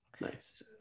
Nice